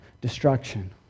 destruction